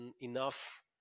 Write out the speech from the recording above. enough